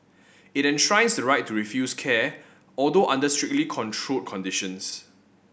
it enshrines right to refuse care although under strictly controlled conditions